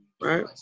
right